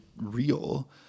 real